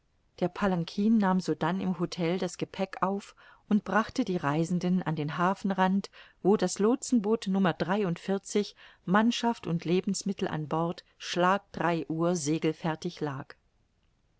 der palankin nahm sodann im htel das gepäck auf und brachte die reisenden an den hafenrand wo das loen bot n mannschaft und lebensmittel an bord schlag drei uhr segelfertig lag